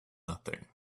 nothing